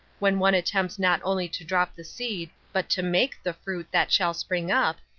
when one attempts not only to drop the seed, but to make the fruit that shall spring up,